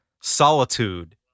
Solitude